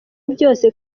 byose